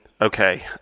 okay